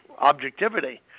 objectivity